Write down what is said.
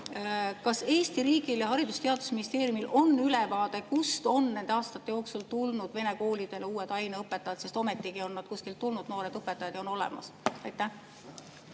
Kas Eesti riigil ja Haridus‑ ja Teadusministeeriumil on ülevaade, kust on nende aastate jooksul tulnud vene koolidele uued aineõpetajad, sest ometigi on nad kuskilt tulnud, noored õpetajad on olemas? Aitäh